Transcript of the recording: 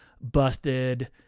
busted